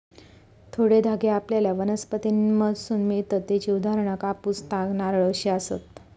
थोडे धागे आपल्याला वनस्पतींमधसून मिळतत त्येची उदाहरणा कापूस, ताग, नारळ अशी आसत